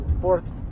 fourth